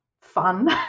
fun